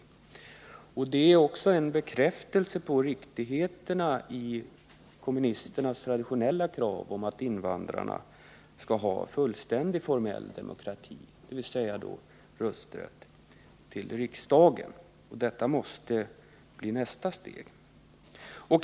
Valdeltagandet är därför en bekräftelse på riktigheten i kommunisternas traditionella krav att invandrarna skall ha fullständiga formella demokratiska rättigheter, dvs. rösträtt till riksdagen. Detta måste bli nästa steg.